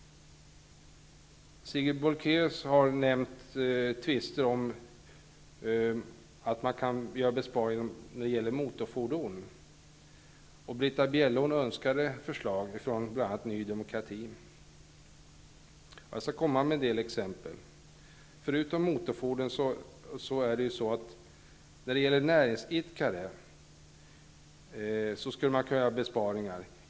Sigrid Bolkéus nämnde att man kan göra besparingar när det gäller tvister om motorfordon. Britta Bjelle önskade förslag från bl.a. Ny demokrati. Jag skall ta upp några exempel. Förutom vid tvister om motorfordon skulle man kunna göra besparingar i mål som rör näringsidkare.